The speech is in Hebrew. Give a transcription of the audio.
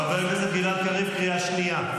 חבר הכנסת קריב, קריאה שנייה.